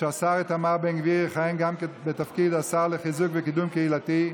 שהשר איתמר בן גביר יכהן גם בתפקיד השר לחיזוק וקידום קהילתי,